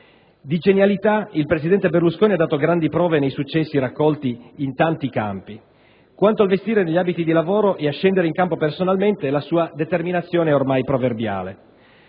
Di genialità il presidente Berlusconi ha dato grandi prove nei successi raccolti in tanti campi. Quanto al vestire gli abiti di lavoro e a scendere in campo personalmente la sua determinazione è ormai proverbiale.